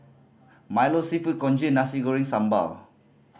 milo Seafood Congee Nasi Goreng Sambal